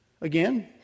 Again